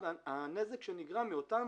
והנזק שנגרם מאותם